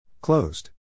Closed